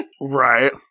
Right